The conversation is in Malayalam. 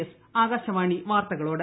എസ് ആകാശവാണി വാർത്തകളോട്